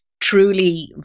truly